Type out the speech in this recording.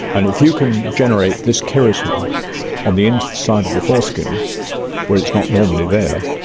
and if you can generate this keratin on the inside of the foreskin where it is not normally there,